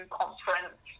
conference